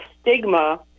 stigma